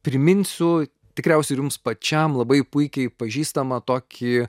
priminsiu tikriausiai ir jums pačiam labai puikiai pažįstamą tokį